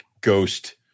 ghost